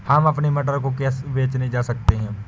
हम अपने मटर को बेचने कैसे जा सकते हैं?